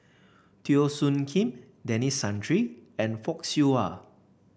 Teo Soon Kim Denis Santry and Fock Siew Wah